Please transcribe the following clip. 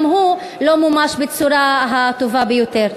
גם הוא לא מומש בצורה הטובה ביותר.